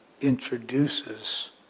introduces